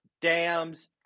dams